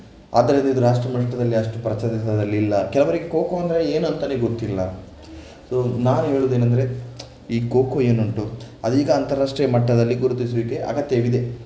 ಆದ್ದರಿಂದ ಇದು ರಾಷ್ಟ್ರಮಟ್ಟದಲ್ಲಿ ಅಷ್ಟು ಪ್ರಚಲಿತದಲ್ಲಿ ಇಲ್ಲ ಕೆಲವರಿಗೆ ಖೋ ಖೋ ಅಂದರೆ ಏನು ಅಂತಲೇ ಗೊತ್ತಿಲ್ಲ ಸೊ ನಾನು ಹೇಳುವುದು ಏನೆಂದರೆ ಈ ಖೋ ಖೋ ಏನುಂಟು ಅದೀಗ ಅಂತಾರಾಷ್ಟ್ರೀಯ ಮಟ್ಟದಲ್ಲಿ ಗುರುತಿಸುವಿಕೆ ಅಗತ್ಯವಿದೆ